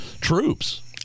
troops